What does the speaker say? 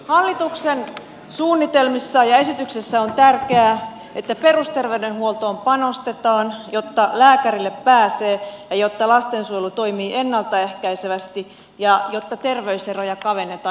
hallituksen suunnitelmissa ja esityksessä on tärkeää että perusterveydenhuoltoon panostetaan jotta lääkärille pääsee ja jotta lastensuojelu toimii ennaltaehkäisevästi ja jotta terveyseroja kavennetaan